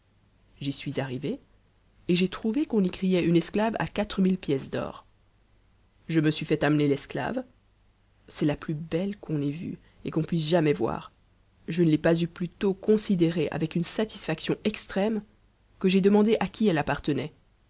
j'y suis arrivé et j'ai trouvé qu'on y criait une esclave à quatre mille pièces d'or je me suis fait amener l'esclave f'mt a plus belle qu'on ait vue et qu'on puissejamais voir je ne l'ai pas eu plus tôt considérée avec une satisfaction extrême que j'ai demandé à qui elle appartenait